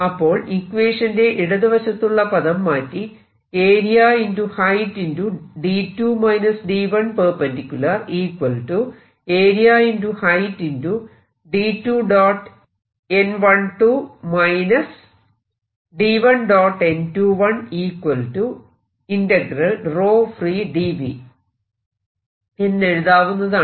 അപ്പോൾ ഇക്വേഷന്റെ ഇടതുവശത്തുള്ള പദം മാറ്റി എന്നെഴുതാവുന്നതാണ്